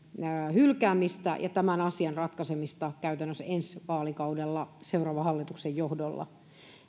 hylkäämistä ja tämän asian ratkaisemista käytännössä ensi vaalikaudella seuraavan hallituksen johdolla